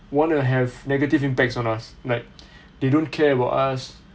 wanna have negative impacts on us like they don't care about us